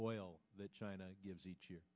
oil that china gives each year